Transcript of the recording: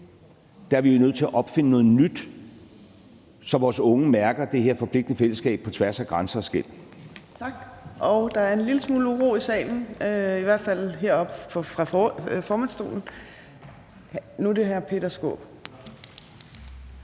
er vi nødt til at opfinde noget nyt, så vores unge mærker det her forpligtende fællesskab på tværs af grænser og skel.